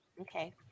Okay